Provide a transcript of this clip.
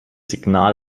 signal